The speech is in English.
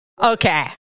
Okay